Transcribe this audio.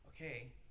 okay